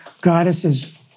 goddesses